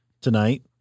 tonight